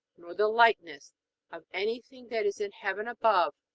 nor the likeness of anything that is in heaven above,